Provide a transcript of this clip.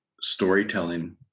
storytelling